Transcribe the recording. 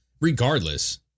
regardless